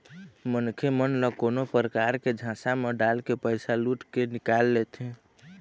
मनखे मन ल कोनो परकार ले झांसा म डालके पइसा लुट के निकाल लेथें